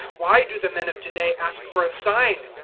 why do the men of to-day ask for a sign?